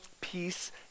peace